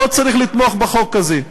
לא צריך לתמוך בחוק הזה.